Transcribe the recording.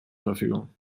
verfügung